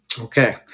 okay